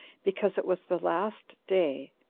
because it was the last day,